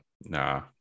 Nah